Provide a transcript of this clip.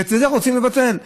ואת זה רוצים לבטל.